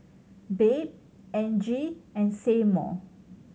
Babe Angie and Seymour